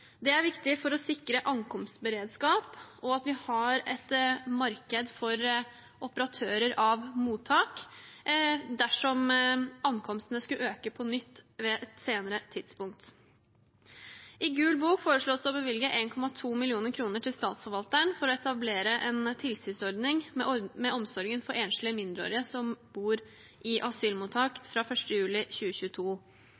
Det er viktig for å sikre ankomstberedskap og at vi har et marked for operatører av mottak dersom ankomstene skulle øke på nytt på et senere tidspunkt. I Gul bok foreslås det å bevilge 1,2 mill. kr til Statsforvalteren for å etablere en tilsynsordning med omsorgen for enslige mindreårige som bor i asylmottak,